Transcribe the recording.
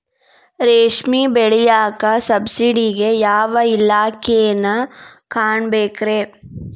ರೇಷ್ಮಿ ಬೆಳಿಯಾಕ ಸಬ್ಸಿಡಿಗೆ ಯಾವ ಇಲಾಖೆನ ಕಾಣಬೇಕ್ರೇ?